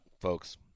folks